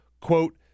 quote